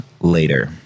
later